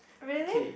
really